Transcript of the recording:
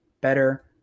better